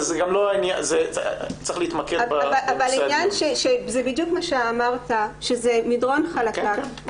זה בדיוק מה שאמרת, שזה מדרון חלקלק.